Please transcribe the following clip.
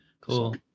Cool